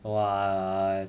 !walao!